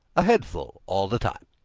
a headful all the time.